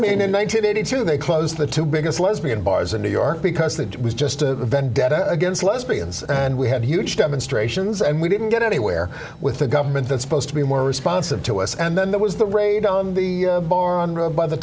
mean in one nine hundred eighty two they closed the two biggest lesbian bars in new york because that was just a vendetta against lesbians and we have huge demonstrations and we didn't get anywhere with the government that's supposed to be more responsive to us and then there was the raid on the by the